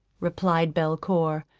replied belcour,